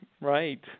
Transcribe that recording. right